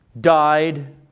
died